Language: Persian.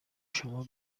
شما